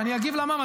אני אגיב על המע"מ.